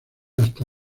hasta